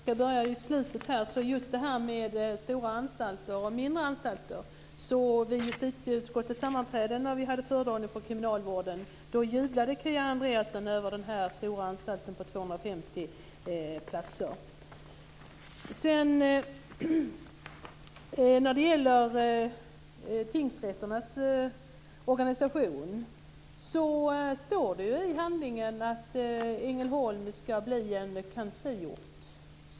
Fru talman! Jag börjar med det som Kia Andreasson säger i slutet av anförandet om mindre och större anstalter. Vid det sammanträde i justitieutskottet då vi hade föredragning om kriminalvården jublade Kia När det gäller tingsrätternas organisation står det i handlingen att Ängelholm ska bli en kansliort.